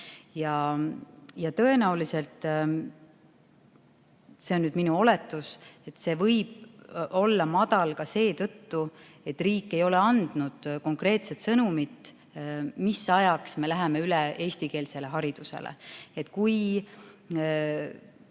Tõenäoliselt (see on nüüd minu oletus) võib see olla madal ka seetõttu, et riik ei ole andnud konkreetset sõnumit, mis ajaks me läheme üle eestikeelsele haridusele. Kui